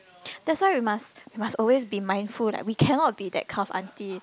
that's why we must we must always be mindful like we cannot be that kind of auntie